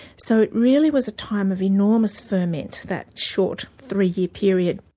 so it really was a time of enormous ferment that short three-year period.